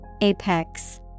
Apex